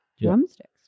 Drumsticks